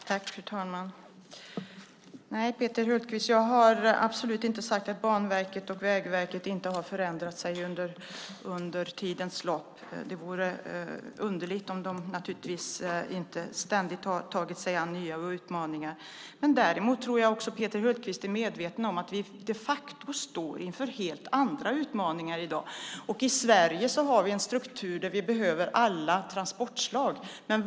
Fru talman! Nej, Peter Hultqvist, jag har absolut inte sagt att Banverket och Vägverket inte har förändrat sig under årens lopp. Det vore naturligtvis underligt om de inte ständigt hade tagit sig an nya utmaningar. Däremot tror jag att Peter Hultqvist är medveten om att vi de facto står inför helt andra utmaningar i dag. I Sverige har vi en struktur där vi behöver alla transportslag.